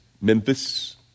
Memphis